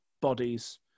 bodies